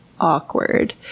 Awkward